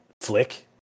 Flick